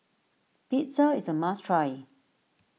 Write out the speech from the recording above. Pizza is a must try